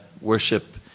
worship